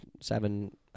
seven